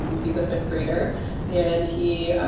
he's a fifth grader and he